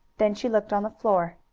then she looked on the floor.